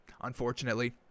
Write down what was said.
unfortunately